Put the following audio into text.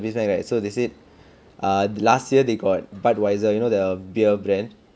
baseline right so they said ah last year they got budweiser you know the beer brand